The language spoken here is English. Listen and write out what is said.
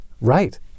Right